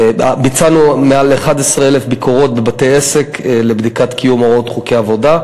ביצענו מעל 11,000 ביקורות בבתי-עסק לבדיקת קיום הוראות חוקי עבודה,